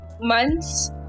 months